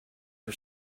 for